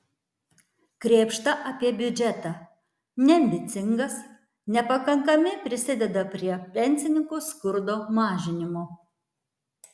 krėpšta apie biudžetą neambicingas nepakankami prisideda prie pensininkų skurdo mažinimo